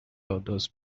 others